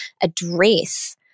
address